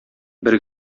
бер